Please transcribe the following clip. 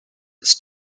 its